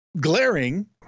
glaring